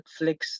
Netflix